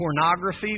pornography